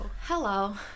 Hello